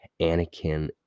Anakin